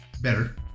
Better